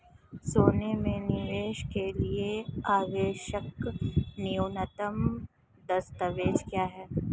सोने में निवेश के लिए आवश्यक न्यूनतम दस्तावेज़ क्या हैं?